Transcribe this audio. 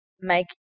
make